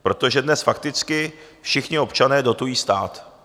Protože dnes fakticky všichni občané dotují stát.